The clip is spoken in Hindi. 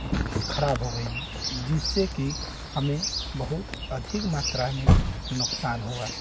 ख़राब हो गई जिससे कि हमें बहुत अधिक मात्रा में नुकसान हुआ